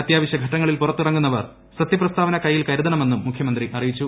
അത്യാവശൃ ഘട്ടങ്ങളിൽ പുറ്ത്തിറങ്ങുന്നവർ സത്യപ്രസ്താവന കൈയിൽ കരുതണമെന്നും മുഖ്യമന്ത്രി അറിയിച്ചു